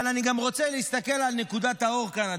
אבל אני רוצה להסתכל גם על נקודת האור כאן,